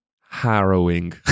harrowing